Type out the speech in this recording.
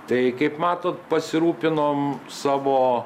tai kaip matot pasirūpinom savo